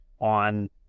on